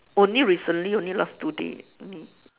only recently only last two day only